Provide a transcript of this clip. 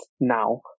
now